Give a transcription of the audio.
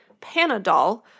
Panadol